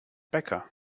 becca